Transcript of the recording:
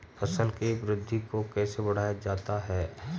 फसल की वृद्धि को कैसे बढ़ाया जाता हैं?